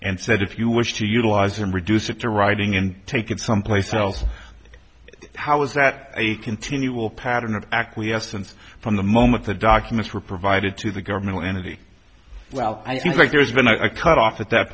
and said if you wish to utilize them reduce it to writing and take it someplace else how is that a continual pattern of acquiescence from the moment the documents were provided to the governmental entity well i think there's been i cut off at that